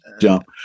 jump